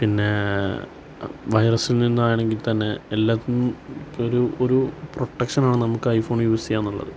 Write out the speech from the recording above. പിന്നെ വൈറസില് നിന്നാണെങ്കില്ത്തന്നെ എല്ലാത്തിന്നും ഒരു ഒരു പ്രൊട്ടെക്ഷനാണ് നമുക്ക് ഐ ഫോണ് യൂസ് ചെയ്യുക എന്നുള്ളത്